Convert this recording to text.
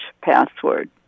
password